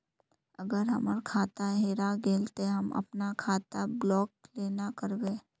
अगर हमर खाता हेरा गेले ते हम अपन खाता ब्लॉक केना करबे?